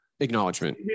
Acknowledgement